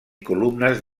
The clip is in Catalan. columnes